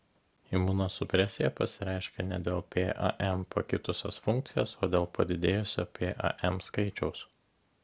imunosupresija pasireiškia ne dėl pam pakitusios funkcijos o dėl padidėjusio pam skaičiaus